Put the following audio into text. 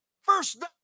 First